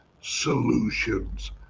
Solutions